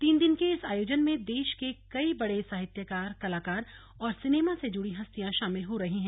तीन दिन के इस आयोजन में देश के कई बड़े साहित्यकार कलाकार और सिनेमा से जुड़ी हस्तियां शामिल हो रहीं हैं